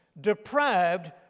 deprived